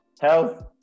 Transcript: Health